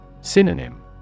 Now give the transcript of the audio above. Synonym